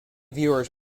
viewers